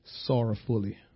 sorrowfully